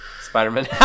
Spider-Man